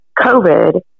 covid